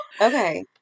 okay